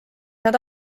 nad